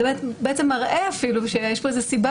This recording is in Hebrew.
זה בעצם מראה אפילו שיש פה איזו סיבה